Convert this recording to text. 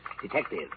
Detective